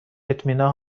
اطمینان